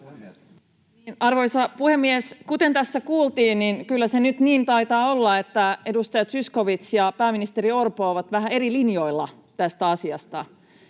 Arvoisa puhemies! Kuten tässä kuultiin, niin kyllä se nyt niin taitaa olla, että edustaja Zyskowicz ja pääministeri Orpo ovat vähän eri linjoilla tässä asiassa.